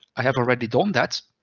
i have already done that,